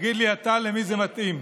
תגיד לי אתה למי זה מתאים.